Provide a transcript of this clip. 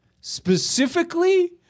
specifically